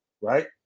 right